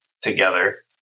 together